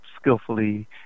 skillfully